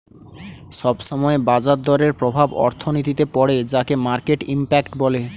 সব সময় বাজার দরের প্রভাব অর্থনীতিতে পড়ে যাকে মার্কেট ইমপ্যাক্ট বলে